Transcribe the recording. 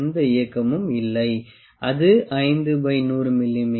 எந்த இயக்கமும் இல்லை அது 5100 மி